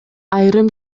айрым